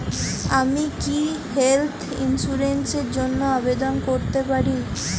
আমি কি health insurance র জন্য আবেদন করতে পারি?